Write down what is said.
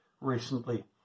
recently